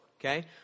Okay